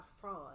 fraud